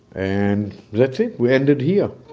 and, that's it. we ended here